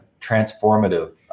transformative